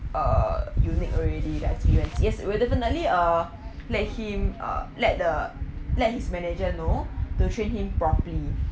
uh unique already the experience yes we definitely uh let him ah let the let his manager know to train him properly